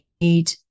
need